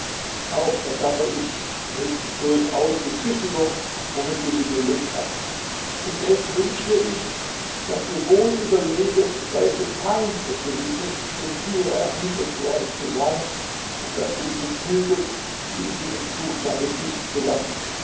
auch verdamme ich nicht durchaus die züchtigung womit du sie belegt hast indes wünsche ich daß du wohl überlegest welche pein es für sie ist zum tiere erniedrigt worden zu sein und daß du dich begnügest sie in diesem zustande büßen zu lassen